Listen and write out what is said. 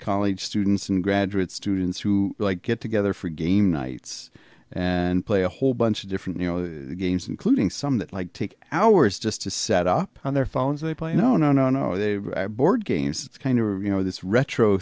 colleagues students and graduate students who like get together for game nights and play a whole bunch of different games including some that like take hours just to set up on their phones they play no no no no they board games it's kind of a you know this retro